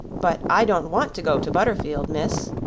but i don't want to go to butterfield, miss.